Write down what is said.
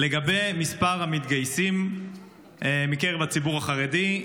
לגבי מספר המתגייסים מקרב הציבור החרדי,